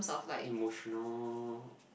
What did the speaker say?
emotional